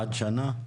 עד שנה?